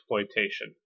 exploitation